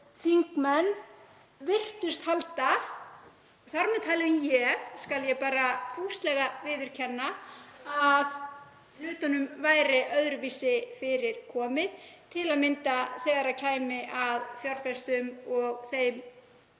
þingmenn virtust halda, þar með talið ég, skal ég bara fúslega viðurkenna, að hlutunum væri öðruvísi fyrir komið, til að mynda þegar kæmi að fjárfestum og þeim